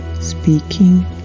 speaking